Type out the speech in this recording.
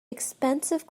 expensive